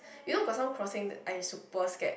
you know got some crossing I super scared